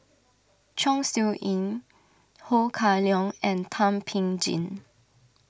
Chong Siew Ying Ho Kah Leong and Thum Ping Tjin